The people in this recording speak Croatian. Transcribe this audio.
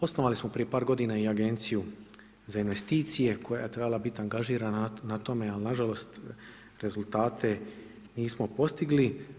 Osnovali smo prije par godina i Agenciju za investicije koja je trebala biti angažirana na tome, ali na žalost rezultate nismo postigli.